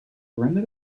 surrender